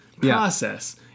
Process